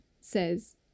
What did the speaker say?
says